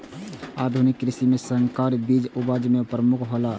आधुनिक कृषि में संकर बीज उपज में प्रमुख हौला